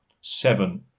seven